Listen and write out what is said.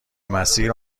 مسیر